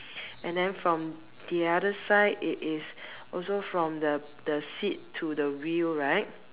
and then from the other side it is also from the the seat to the wheel right